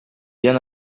bien